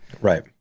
right